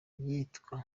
yitwa